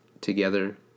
together